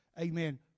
Amen